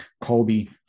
Colby